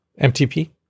MTP